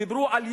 דיברו על יעילות.